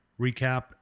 recap